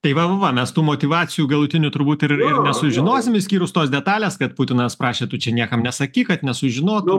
tai va va va mes tų motyvacijų galutinių turbūt ir ir nesužinosim išskyrus tos detalės kad putinas prašė tu čia niekam nesakyk kad nesužinotų